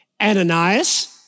Ananias